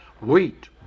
Wheat